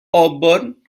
auburn